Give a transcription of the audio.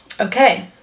Okay